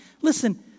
listen